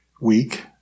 week